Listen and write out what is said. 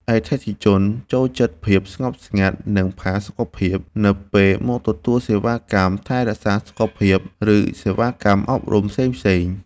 អតិថិជនចូលចិត្តភាពស្ងប់ស្ងាត់ និងផាសុកភាពនៅពេលមកទទួលសេវាកម្មថែរក្សាសុខភាព ឬសេវាកម្មអប់រំផ្សេងៗ។